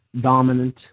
dominant